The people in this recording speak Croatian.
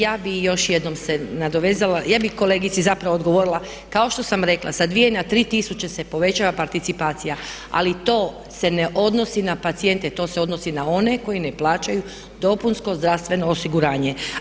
Ja bih još jednom se nadovezala, ja bih kolegici zapravo odgovorila kao što sam rekla sa 2000 na 3000 se povećava participacija ali to se ne odnosi na pacijente, to se odnosi na one koji ne plaćaju dopunsko zdravstveno osiguranje.